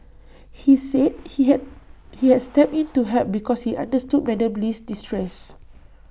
he said he had he had stepped in to help because he understood Madam Lee's distress